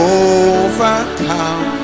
overcome